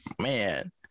man